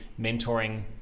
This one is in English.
mentoring